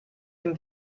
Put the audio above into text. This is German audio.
dem